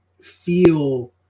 feel